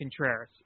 Contreras